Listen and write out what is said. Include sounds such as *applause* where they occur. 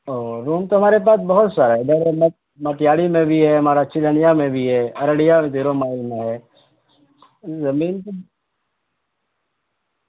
او روم تو ہمارے پاس بہت سارا ہے *unintelligible* مٹیاڑی میں بھی ہے ہمارا چرنیا میں بھی ہے ارڑیا دھییر مال میں ہے زمین تو